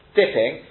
dipping